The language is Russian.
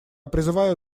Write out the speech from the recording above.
призываю